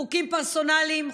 חוקים פרסונליים,